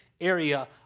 area